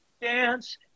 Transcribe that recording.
dance